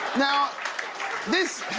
now this,